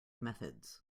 methods